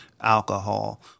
alcohol